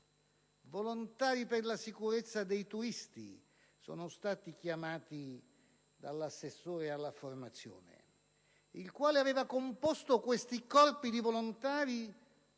volontari per la sicurezza dei turisti, come sono stati chiamati dall'assessore alla formazione il quale aveva composto questi corpi di volontari